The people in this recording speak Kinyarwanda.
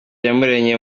iyamuremye